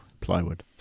Plywood